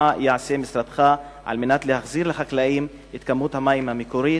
מה יעשה משרדך על מנת להחזיר לחקלאים את כמות המים המקורית,